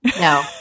No